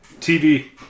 TV